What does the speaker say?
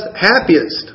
happiest